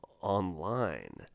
online